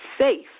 safe